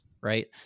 right